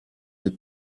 del